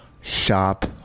Shop